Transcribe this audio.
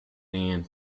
and